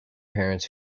parents